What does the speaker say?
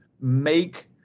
make